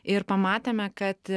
ir pamatėme kad